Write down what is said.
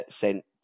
sent